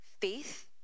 faith